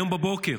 היום בבוקר